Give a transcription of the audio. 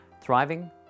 Thriving